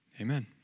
Amen